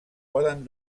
poden